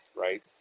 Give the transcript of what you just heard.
right